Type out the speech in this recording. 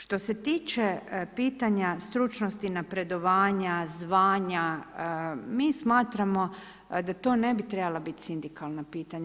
Što se tiče pitanja stručnosti, napredovanja, zvanja, mi smatramo da to ne bi trebala biti sindikalna pitanja.